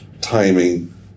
timing